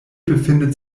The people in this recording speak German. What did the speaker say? befindet